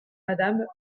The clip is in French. madame